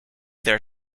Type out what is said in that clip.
their